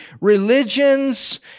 religions